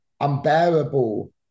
unbearable